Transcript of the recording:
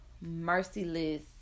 merciless